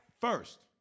First